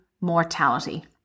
mortality